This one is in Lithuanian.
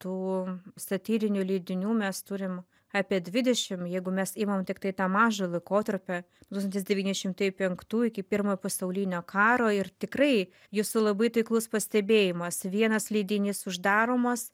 tų satyrinių leidinių mes turim apie dvidešim jeigu mes imam tiktai tą mažą laikotarpį tūkstantis devyni šimtai penktų iki pirmojo pasaulinio karo ir tikrai jūsų labai taiklus pastebėjimas vienas leidinys uždaromas